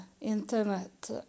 internet